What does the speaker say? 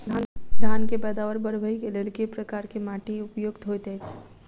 धान केँ पैदावार बढ़बई केँ लेल केँ प्रकार केँ माटि उपयुक्त होइत अछि?